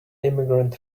immigrant